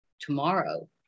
tomorrow